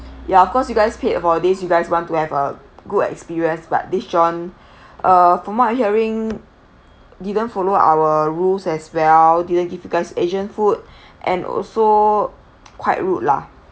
ya of course you guys paid for this you guys want to have a good experience but this john uh from what I hearing didn't follow our rules as well didn't gives you guys asian food and also quite rude lah